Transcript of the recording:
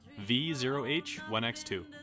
V0H1X2